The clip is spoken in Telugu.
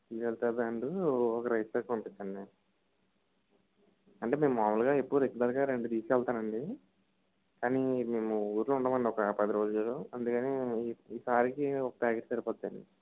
శ్రీలలితా బ్రాండు ఒక రైస్ బ్యాగ్ పంపించండి అంటే మేము మాములుగా ఎప్పుడూ రెగ్యులర్గా రెండు తీసుకెళ్తానండి కానీ మేము ఊరిలో ఉండమండి ఒక పది రోజులు అందుకని ఈ సారికి ఒక ప్యాకెట్ సరిపోద్దండి